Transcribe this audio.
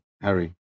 Harry